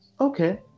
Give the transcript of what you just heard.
okay